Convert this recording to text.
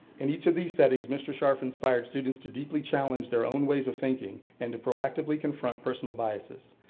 in each of these settings, mr. scharf inspired students to deeply challenge their own ways of thinking and to proactively confront personal biases.